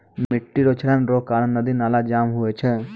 मिट्टी रो क्षरण रो कारण नदी नाला जाम हुवै छै